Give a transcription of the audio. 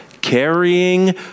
carrying